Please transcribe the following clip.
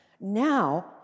now